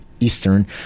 Eastern